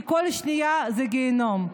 כי כל שנייה זה גיהינום,